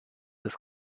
des